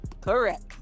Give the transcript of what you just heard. Correct